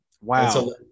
Wow